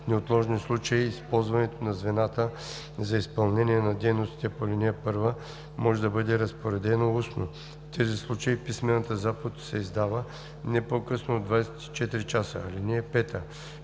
неотложни случаи използването на звената за изпълнение на дейностите по ал. 1 може да бъде разпоредено устно. В тези случаи писмената заповед се издава не по-късно от 24 часа. (5)